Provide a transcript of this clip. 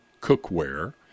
cookware